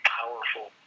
powerful